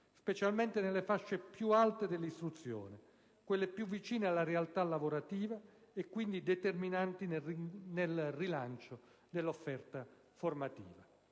Specialmente nelle fasce più alte dell'istruzione: quelle più vicine alla realtà lavorativa e, quindi, determinanti nel rilancio dell'offerta formativa.